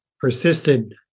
persisted